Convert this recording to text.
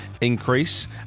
increase